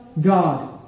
God